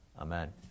amen